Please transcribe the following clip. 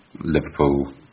Liverpool